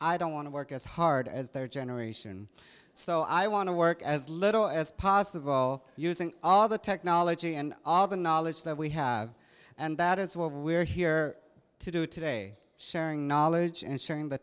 i don't want to work as hard as their generation so i want to work as little as possible using all the technology and all the knowledge that we have and that is what we're here to do today sharing knowledge and sharing the